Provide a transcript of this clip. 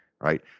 right